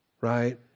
right